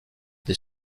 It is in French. des